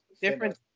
different